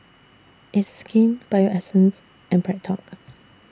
It's Skin Bio Essence and BreadTalk